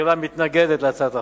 הממשלה מתנגדת להצעת החוק.